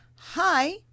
hi